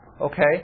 Okay